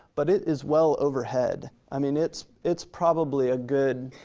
but it is well overhead. i mean, it's it's probably a good,